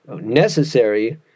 necessary